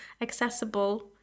accessible